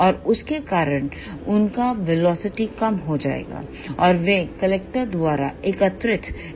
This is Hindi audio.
और उसके कारण उनका वेलोसिटी कम हो जाएगा और वे कलेक्टर द्वारा एकत्र किए जाएंगे